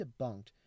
debunked